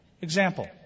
Example